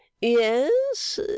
Yes